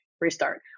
restart